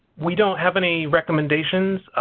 we don't have any recommendations.